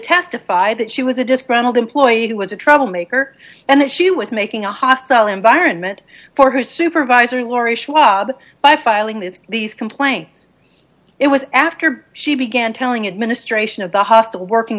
testify that she was a disgruntled employee who was a troublemaker and that she was making a hostile environment for her supervisor laurie schwab by filing these these complaints it was after she began telling administration of the hospital working